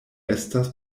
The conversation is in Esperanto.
estas